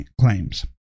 claims